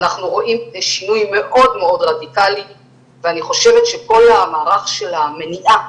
אנחנו רואים שינוי מאוד מאוד רדיקלי ואני חושבת שכל המערך של המניעה